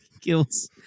kills